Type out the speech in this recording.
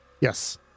yes